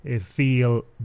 feel